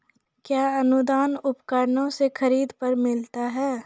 कया अनुदान उपकरणों के खरीद पर मिलता है?